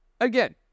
Again